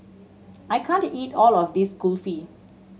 I can't eat all of this Kulfi